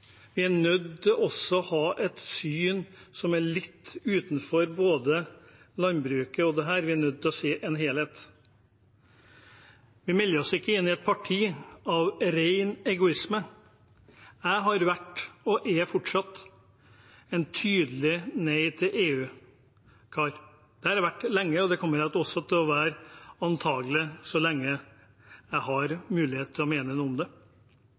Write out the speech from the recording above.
Vi er nødt til å ha et syn som er litt utenfor både landbruket og dette – vi er nødt til å se en helhet. Vi melder oss ikke inn i et parti av ren egoisme. Jeg har vært – og er fortsatt – en tydelig nei til EU-kar. Det har jeg vært lenge, og det kommer jeg også til å være – antakelig – så lenge jeg har mulighet til å mene noe om det.